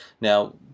Now